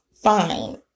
fine